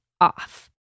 off